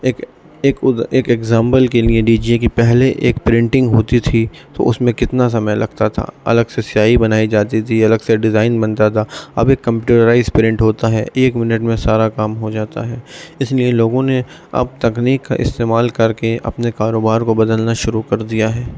ایک ایک ایک ایگزامپل کے لیے ڈی جی اے کی پہلے ایک پرنٹنگ ہوتی تھی تو اس میں کتنا سمے لگتا تھا الگ سے سیاہی بنائی جاتی تھی الگ سے ڈیزائن بنتا تھا اب ایک کمپیوٹرائز پرنٹ ہوتا ہے ایک منٹ میں سارا کام ہو جاتا ہے اس لیے لوگوں نے اب تکنیک کا استعمال کر کے اپنے کاروبار کو بدلنا شروع کر دیا ہے